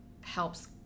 helps